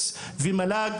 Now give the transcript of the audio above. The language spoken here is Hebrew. ושהמל"ג